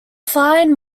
fine